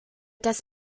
das